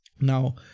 Now